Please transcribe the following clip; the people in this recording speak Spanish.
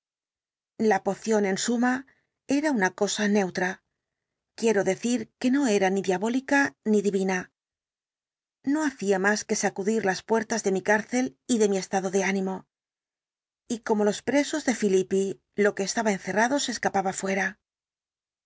la poción en suma era una cosa neutra quiero decir que no era ni diabólica ni divina no hacía más que sacudir las puertas de mi cárcel y de mi estado de ánimo y como los presos de filipi lo que estaba encerrado se escapaba fuera